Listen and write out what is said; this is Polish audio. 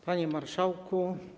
Panie Marszałku!